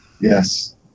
Yes